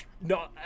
No